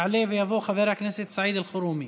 יעלה ויבוא חבר הכנסת סעיד אלחרומי.